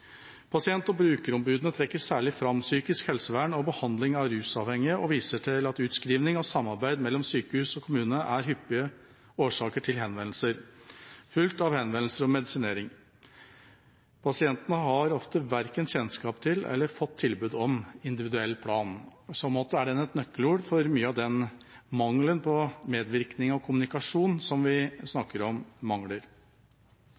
Pasient- og brukerombudene trekker særlig fram psykisk helsevern og behandling av rusavhengige og viser til at utskriving og samarbeid mellom sykehus og kommune er hyppige årsaker til henvendelser, fulgt av henvendelser om medisinering. Pasientene har ofte verken kjennskap til eller fått tilbud om individuell plan. I så måte er den et nøkkelord til mye av den mangelen på medvirkning og kommunikasjon som vi snakker om.